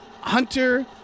Hunter